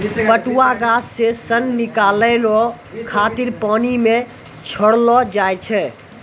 पटुआ गाछ से सन निकालै रो खातिर पानी मे छड़ैलो जाय छै